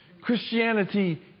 Christianity